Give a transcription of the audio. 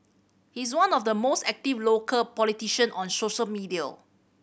he is one of the most active local politician on social media